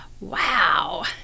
wow